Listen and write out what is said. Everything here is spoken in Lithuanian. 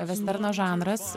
vesterno žanras